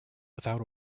without